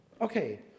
Okay